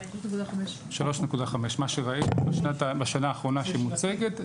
3.5%. מה שראינו בשנה האחרונה שמוצגת,